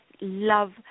love